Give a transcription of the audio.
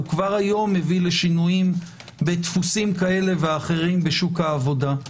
הוא כבר היום מביא לשינויים בדפוסים כאלה ואחרים בשוק העבודה,